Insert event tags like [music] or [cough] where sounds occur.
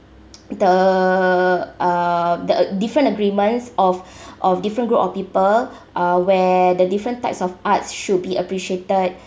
the uh different agreements of [breath] of different group of people uh where the different types of arts should be appreciated